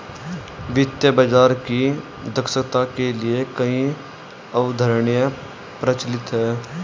वित्तीय बाजार की दक्षता के लिए कई अवधारणाएं प्रचलित है